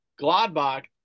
Gladbach